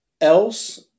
else